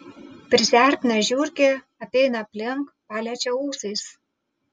prisiartina žiurkė apeina aplink paliečia ūsais